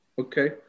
Okay